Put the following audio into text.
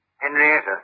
Henrietta